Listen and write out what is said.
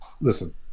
listen